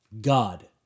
God